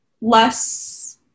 less